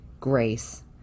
grace